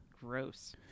Gross